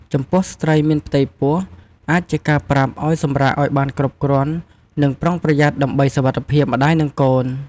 ចំពោះស្រ្តីមានផ្ទៃពោះ អាចជាការប្រាប់ឲ្យសម្រាកឲ្យបានគ្រប់គ្រាន់ និងប្រុងប្រយ័ត្នដើម្បីសុវត្ថិភាពម្ដាយ និងកូន។